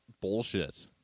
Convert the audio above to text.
bullshit